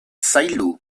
zaildu